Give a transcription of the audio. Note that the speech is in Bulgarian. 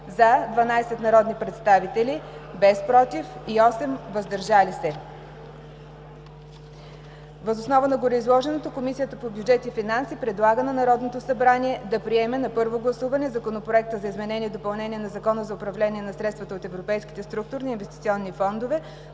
– 12 народни представители, без „против” и 8 „въздържали се”. Въз основа на гореизложеното Комисията по бюджет и финанси предлага на Народното събрание да приеме на първо гласуване Законопроект за изменение и допълнение на Закона за управление на средствата от европейските структурни и инвестиционни фондове,